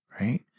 right